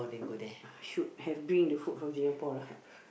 should have bring the food from Singapore lah